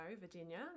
Virginia